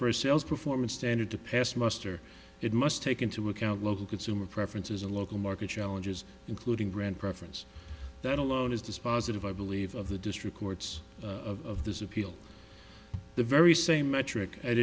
first sales performance standard to pass muster it must take into account local consumer preferences and local market challenges including brand preference that alone is dispositive i believe of the district courts of appeal the very same metric at